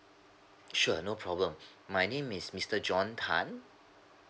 sure no problem my name is mister john tan